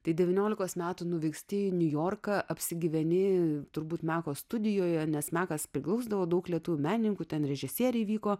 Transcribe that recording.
tai devyniolikos metų nuvyksti į niujorką apsigyveni turbūt meko studijoje nes mekas priglausdavo daug lietuvių menininkų ten režisieriai vyko